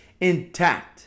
intact